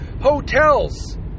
hotels